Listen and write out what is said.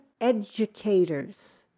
educators